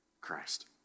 Christ